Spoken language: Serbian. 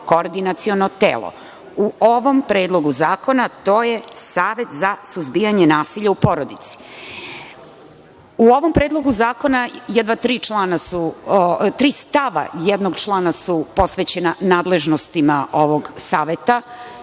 koordinaciono telo. U ovom Predlogu zakona to je Savet za suzbijanje nasilja u porodici.U ovom Predlogu zakona tri stava jednog člana su posvećena nadležnostima ovog Saveta